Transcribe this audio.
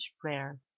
prayer